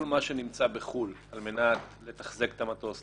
כל מה שנמצא בחו"ל על מנת לתחזק את המטוס,